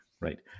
right